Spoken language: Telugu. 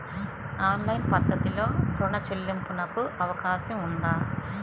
ఆన్లైన్ పద్ధతిలో రుణ చెల్లింపునకు అవకాశం ఉందా?